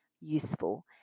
useful